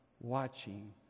watching